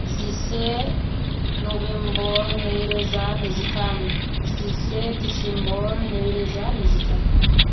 जिसे नभेम्बर नैरोजा नैजिथाम जिसे डिसेम्बर नैरोजा नैजिथाम